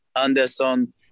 Anderson